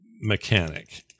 mechanic